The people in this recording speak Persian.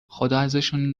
خداازشون